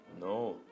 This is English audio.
No